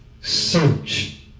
search